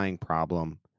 problem